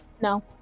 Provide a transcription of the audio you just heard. No